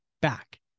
back